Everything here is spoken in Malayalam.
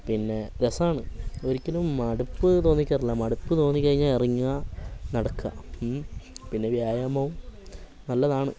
പിന്നെ രസമാണ് ഒരിക്കലും മടുപ്പ് തോന്നിക്കാറില്ല മടുപ്പ് തോന്നിക്കഴിഞ്ഞാൽ ഇറങ്ങുക നടക്കുക പിന്നെ വ്യായാമവും നല്ലതാണ്